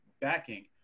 backing